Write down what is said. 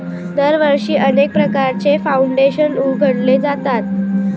दरवर्षी अनेक प्रकारचे फाउंडेशन उघडले जातात